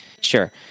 sure